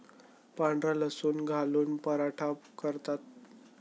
पांढरा लसूण घालून पराठा करतात